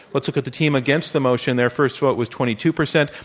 let's look at the team against the motion. their first vote was twenty two percent.